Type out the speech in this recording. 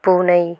பூனை